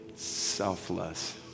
selfless